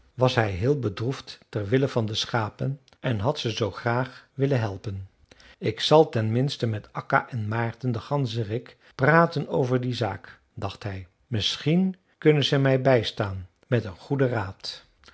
was hij heel bedroefd ter wille van de schapen en had ze zoo graag willen helpen ik zal ten minste met akka en maarten den ganzerik praten over die zaak dacht hij misschien kunnen ze mij bijstaan met een goeden raad